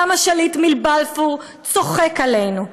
גם השליט מבלפור צוחק עלינו,